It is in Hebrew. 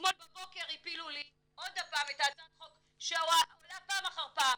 אתמול בבוקר הפילו לי עוד פעם את הצעת החוק שעולה פעם אחר פעם,